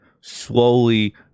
slowly